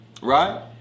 Right